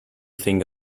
think